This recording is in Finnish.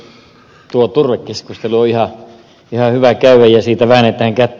tuo turvekeskustelu on ihan hyvä käydä ja siitä väännetään kättä